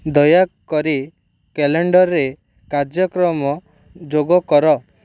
ଦୟାକରି କ୍ୟାଲେଣ୍ଡରରେ କାର୍ଯ୍ୟକ୍ରମ ଯୋଗ କର